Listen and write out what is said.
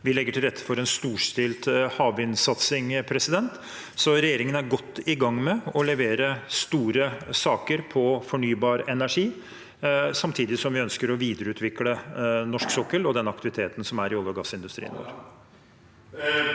vi legger til rette for en storstilt havvindsatsing. Regjeringen er altså godt i gang med å levere store saker på fornybar energi, samtidig som vi ønsker å videreutvikle norsk sokkel og den aktiviteten som er i olje- og gassindustrien.